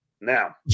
Now